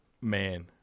man